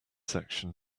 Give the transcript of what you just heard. section